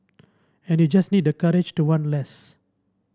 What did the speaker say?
and you just need the courage to want less